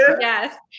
Yes